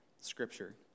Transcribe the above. Scripture